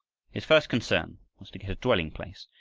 his first concern was to get a dwelling-place,